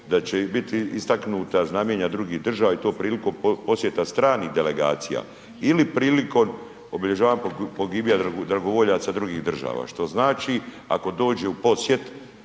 da će i biti istaknuta znamenja drugih država, i to prilikom posjeta stranih delegacija ili prilikom obilježavanja pogibija dragovoljaca drugih država, što znači ako dođe u posjet